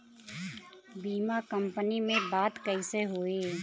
बीमा कंपनी में बात कइसे होई?